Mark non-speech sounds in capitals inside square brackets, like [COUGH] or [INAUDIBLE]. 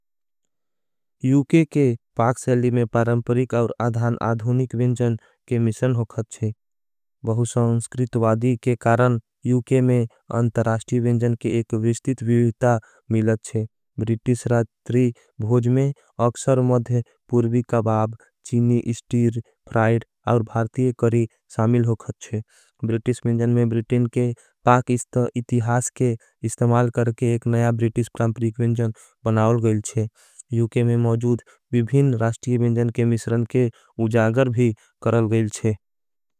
यूके के पाक सेली में परमपरिक और आधान आधुनिक विन्जन के मिशन हो खत छे। बहु संस्कृत वादी के कारण यूके में अंतरास्टी विन्जन के एक विश्टित विविता मिलत छे। बृतिस राजत्री भोज में अक्शर मध पूर्वी कबाब, चीनी स्टीर, फ्राइड और भारतिय करी सामिल हो खत छे। बृतिस विन्जन में बृतिन के पाक इतिहास के इस्तमाल करके एक नया बृतिस परमपरिक विन्जन बनाओल गईल छे। युके में मौझूद विभीन राजत्री विन्जन के मिश्रन के [HESITATION] उजागर भी करल गईल छे।